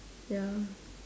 ya